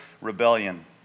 rebellion